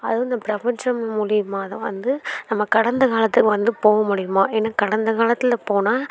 அதுவும் இந்த பிரபஞ்சம் மூலியமாக தான் வந்து நம்ம கடந்த காலத்தை வந்து போவ முடியுமா ஏன்னா கடந்த காலத்தில் போனால்